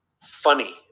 funny